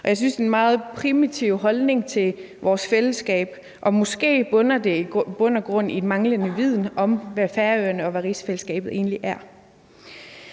en meget primitiv holdning til vores fællesskab, og måske bunder det i bund og grund i manglende viden om, hvad Færøerne og hvad rigsfællesskabet